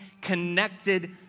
connected